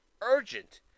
urgent